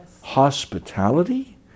hospitality